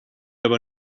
aber